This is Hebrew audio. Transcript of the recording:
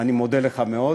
אני מודה לך מאוד.